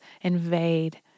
invade